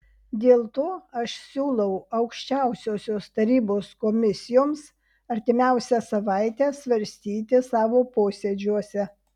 dėl to aš siūlau aukščiausiosios tarybos komisijoms artimiausią savaitę svarstyti savo posėdžiuose